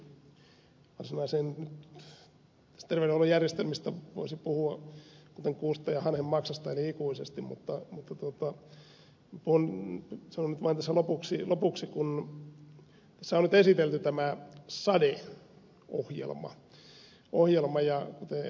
terveydenhuollon järjestelmistä voisi puhua kuten kuusta ja hanhenmaksasta eli ikuisesti mutta sanon nyt vain tässä lopuksi kun tässä on nyt esitelty tämä sade ohjelma kuten ed